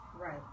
Right